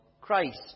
Christ